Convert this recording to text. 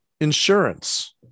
insurance